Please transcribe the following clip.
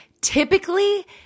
typically